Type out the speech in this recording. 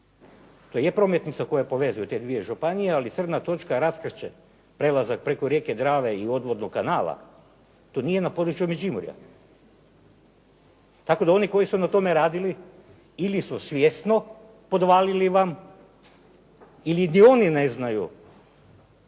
To je prometnica koja povezuje te dvije županije, ali crna točka raskršće, prelazak preko rijeke Drave i odvodnog kanala, to nije na području Međimurja. Tako da oni koji su na tome radili ili su svjesno podvalili vam ili ni oni ne znaju